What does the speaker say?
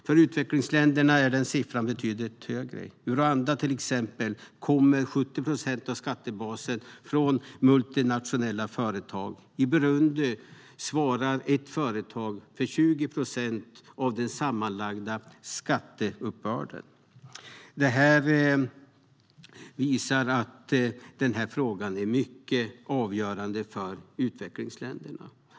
För utvecklingsländerna är den siffran betydligt högre. I exempelvis Rwanda kommer 70 procent av skattebasen från multinationella företag. I Burundi svarar ett företag för 20 procent av den sammanlagda skatteuppbörden. Detta visar att denna fråga är avgörande för utvecklingsländerna.